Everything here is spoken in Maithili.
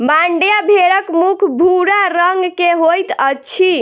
मांड्या भेड़क मुख भूरा रंग के होइत अछि